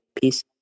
peace